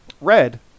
Red